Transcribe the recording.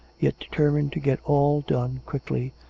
yet determined to get all done quickly,